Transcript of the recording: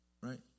right